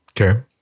Okay